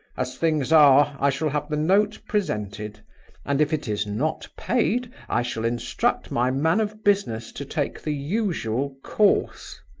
as things are, i shall have the note presented and, if it is not paid, i shall instruct my man of business to take the usual course.